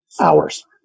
Hours